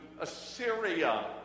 Assyria